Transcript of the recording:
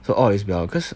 so all is well cause